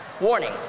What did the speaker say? Warning